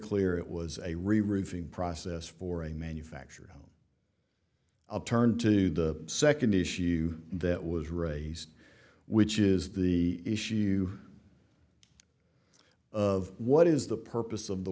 clear it was a roofing process for a manufacturer on a turn to the second issue that was raised which is the issue of what is the purpose of the